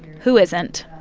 who isn't.